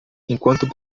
enquanto